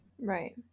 Right